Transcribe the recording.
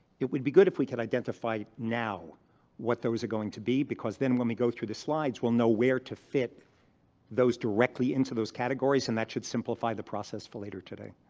it would be good if we could identify now what those are going to be because when we go through the slides we'll know where to fit those directly into those categories and that should simplify the process for later today.